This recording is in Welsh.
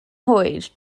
hwyr